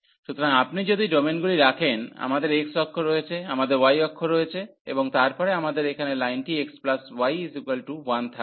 সুতরাং আপনি যদি ডোমেনগুলি রাখেন আমাদের x অক্ষ রয়েছে আমাদের y অক্ষ রয়েছে এবং তারপরে আমাদের এখানে লাইনটি x y 1 থাকবে